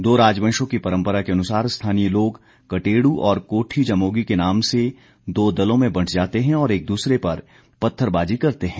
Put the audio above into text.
दो राजवंशों की परम्परा के अनुसार स्थानीय लोग कटेड् और कोठी जमोगी के नाम से दो दलों में बंट जाते हैं और एक दूसरे पर पत्थरबाजी करते हैं